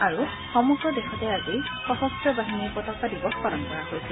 আৰু সমগ্ৰ দেশতে আজি সশস্ত্ৰ বাহিনী পতাকা দিৱস পালন কৰা হৈছে